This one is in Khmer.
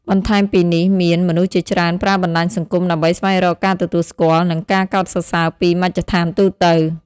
នបន្ថែមពីនេះមាន មនុស្សជាច្រើនប្រើបណ្តាញសង្គមដើម្បីស្វែងរកការទទួលស្គាល់ និងការកោតសរសើរពីមជ្ឈដ្ឋានទូទៅ។